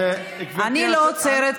מי שלא היה עולה חדש,